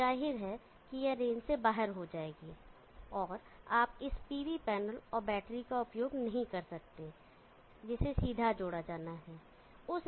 तो जाहिर है कि यह रेंज से बाहर हो जाएगी और आप इस pv पैनल और बैटरी का उपयोग नहीं कर सकते जिसे सीधे जोड़ा जाना है